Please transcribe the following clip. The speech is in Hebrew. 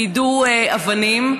כי יידו אבנים,